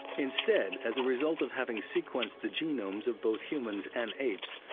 instead, as a result of having sequenced the genomes of both humans and apes,